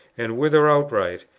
and wither outright,